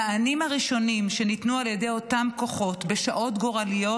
המענים הראשונים שניתנו על ידי אותם כוחות בשעות גורליות,